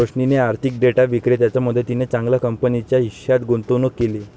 रोशनीने आर्थिक डेटा विक्रेत्याच्या मदतीने चांगल्या कंपनीच्या हिश्श्यात गुंतवणूक केली